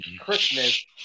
christmas